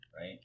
right